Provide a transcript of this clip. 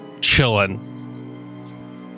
chilling